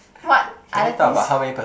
what other things